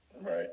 Right